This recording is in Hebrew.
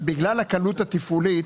בגלל הקלות התפעולית,